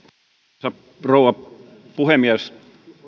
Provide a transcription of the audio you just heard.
arvoisa rouva puhemies